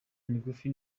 migufi